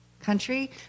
country